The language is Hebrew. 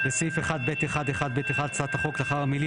הצבעה בעד